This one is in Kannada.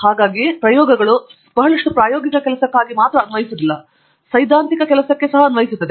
ಹಾಗಾಗಿ ಪ್ರತಾಪ್ ಪ್ರಸ್ತಾಪಿಸುತ್ತಿದ್ದೇನೆ ಪ್ರಯೋಗಗಳು ಬಹಳಷ್ಟು ಪ್ರಾಯೋಗಿಕ ಕೆಲಸಕ್ಕಾಗಿ ಮಾತ್ರ ಅನ್ವಯಿಸುವುದಿಲ್ಲ ಸೈದ್ಧಾಂತಿಕ ಕೆಲಸಕ್ಕೆ ಸಹ ಅನ್ವಯಿಸುತ್ತದೆ